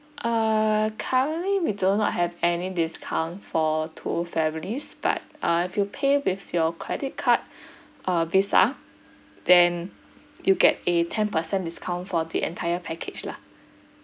uh currently we do not have any discount for two families but uh if you pay with your credit card uh visa then you get a ten percent discount for the entire package lah